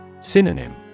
Synonym